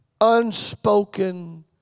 unspoken